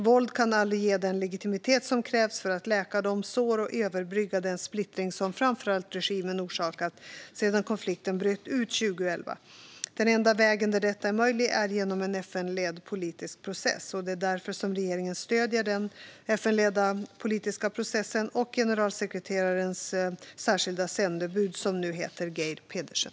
Våld kan aldrig ge den legitimitet som krävs för att läka de sår och överbrygga den splittring som framför allt regimen orsakat sedan konflikten bröt ut 2011. Den enda vägen att möjliggöra detta är en FN-ledd politisk process. Det är därför regeringen stöder den FN-ledda politiska processen och generalsekreterarens särskilda sändebud, för närvarande Geir Pedersen.